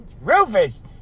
Rufus